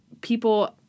people